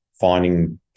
finding